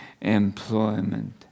employment